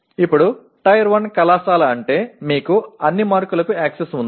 ఇప్పుడు టైర్ 1 కళాశాల అంటే మీకు అన్ని మార్కులకు యాక్సెస్ ఉంది